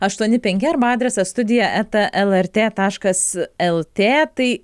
aštuoni penki arba adresas studija eta lrt taškas lt tai